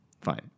fine